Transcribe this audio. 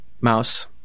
mouse